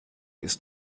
ist